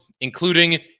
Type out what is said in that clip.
including